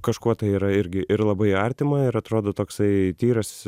kažkuo tai yra irgi ir labai artima ir atrodo toksai tyras